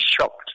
shocked